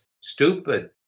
stupid